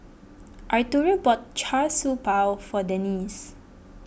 Arturo bought Char Siew Bao for Denice